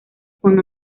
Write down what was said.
juan